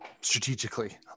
Strategically